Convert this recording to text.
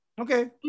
Okay